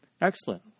Excellent